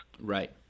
Right